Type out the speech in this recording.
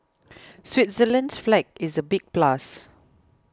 Switzerland's flag is a big plus